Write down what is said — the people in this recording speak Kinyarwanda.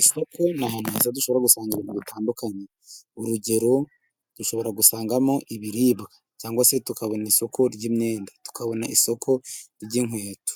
Isoko ni ahantu heza, dushobora gusanga ibintu bitandukanye. Urugero, dushobora gusangamo ibiribwa, cyangwa se tukabona isoko ry’imyenda, tukabona isoko ry’inkweto.